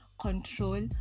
control